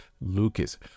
Lucas